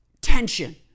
tension